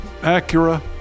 Acura